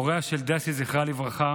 הוריה של דסי, זכרה לברכה,